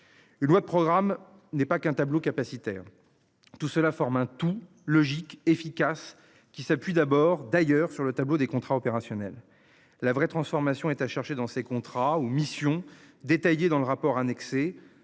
Une loi de programme n'est pas qu'un tableau capacitaire. Tout cela forme un tout logique efficace qui s'appuie d'abord d'ailleurs sur le tableau des contrats opérationnels. La vraie transformation est à chercher dans ces contrats aux missions détaillé dans le rapport annexé,